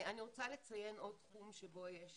אני רוצה לציין עוד תחום שבו יש